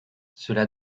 cela